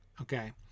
okay